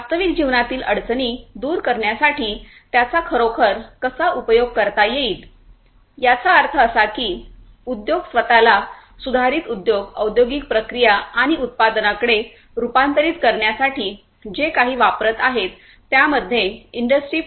वास्तविक जीवनातील अडचणी दूर करण्यासाठी त्यांचा खरोखर कसा उपयोग करता येईल याचा अर्थ असा की उद्योग स्वतला सुधारित उद्योग औद्योगिक प्रक्रिया आणि उत्पादनांकडे रूपांतरित करण्यासाठी जे काही वापरत आहेत त्यामध्ये इंडस्ट्री 4